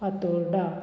Fatorda